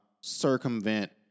circumvent